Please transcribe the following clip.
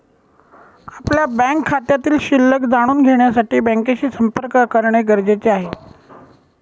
आपल्या बँक खात्यातील शिल्लक जाणून घेण्यासाठी बँकेशी संपर्क करणे गरजेचे आहे